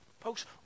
folks